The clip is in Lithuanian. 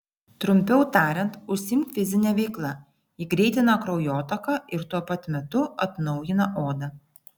trumpiau tariant užsiimk fizine veikla ji greitina kraujotaką ir tuo pat metu atnaujina odą